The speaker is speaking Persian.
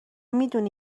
میدونی